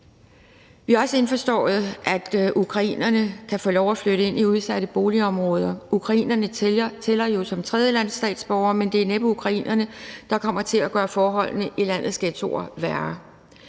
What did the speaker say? Vi er også indforstået med, at ukrainerne kan få lov til at flytte ind i udsatte boligområder. Ukrainerne tæller jo som tredjelandsstatsborgere, men det er næppe ukrainerne, der kommer til at gøre forholdene i landets ghettoer værre.